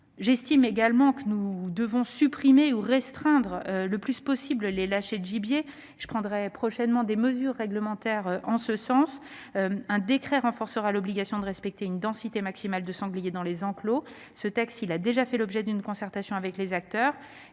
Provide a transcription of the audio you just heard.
j'estime également que nous devons supprimer, ou restreindre le plus possible, les lâchers de gibier. Je prendrai prochainement des mesures réglementaires, en ce sens : un décret renforcera l'obligation de respecter une densité maximale de sangliers dans les enclos. Ce texte a déjà fait l'objet d'une concertation avec les acteurs